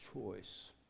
choice